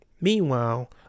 meanwhile